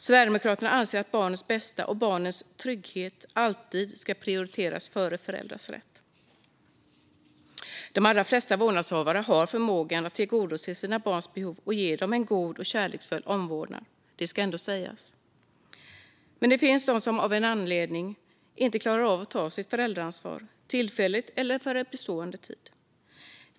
Sverigedemokraterna anser att barnens bästa och barnens trygghet alltid ska prioriteras före föräldrars rätt. De allra flesta vårdnadshavare har förmågan att tillgodose sina barns behov och ge dem en god och kärleksfull omvårdnad; det ska ändå sägas. Men det finns de som av någon anledning inte klarar av att ta sitt föräldraansvar, tillfälligt eller för en bestående tid.